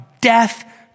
death